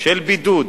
של בידוד,